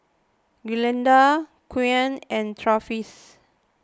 Glinda Keon and Travis